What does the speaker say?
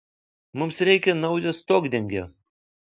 mums reikia naujo stogdengio